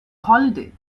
holiday